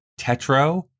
Tetro